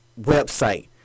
website